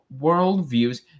worldviews